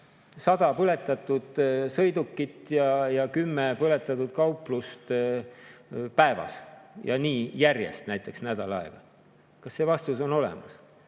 100 põletatud sõidukit ja kümme põletatud kauplust päevas, nii järjest näiteks nädal aega. Kas see vastus on olemas?